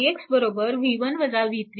ix 1